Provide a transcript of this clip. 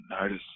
notice